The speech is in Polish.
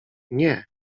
nie